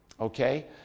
Okay